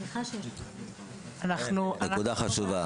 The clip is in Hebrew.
נקודה חשובה.